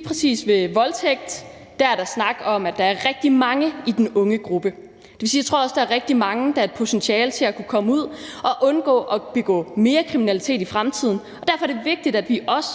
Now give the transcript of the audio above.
præcis ved voldtægt er der snak om, at der er rigtig mange i den unge gruppe. Det vil sige, at jeg også tror, der er rigtig mange, der har potentiale til at kunne komme ud og undgå at begå mere kriminalitet i fremtiden, og derfor er det vigtigt, at vi også